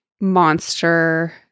monster